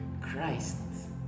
christ